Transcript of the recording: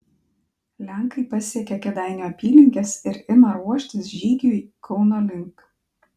lenkai pasiekia kėdainių apylinkes ir ima ruoštis žygiui kauno link